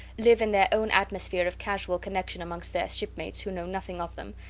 live in their own atmosphere of casual connection amongst their shipmates who know nothing of them,